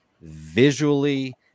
visually